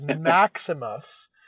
Maximus